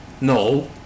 No